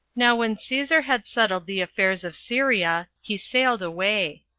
now when caesar had settled the affairs of syria, he sailed away.